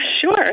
Sure